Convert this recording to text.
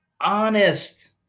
honest